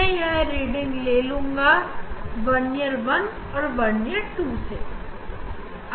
मैं यह वर्नियर 1 और वर्नियर 2 से रीडिंग ले लूँगा